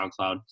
SoundCloud